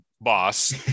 boss